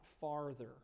farther